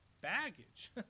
baggage